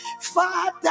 Father